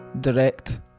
direct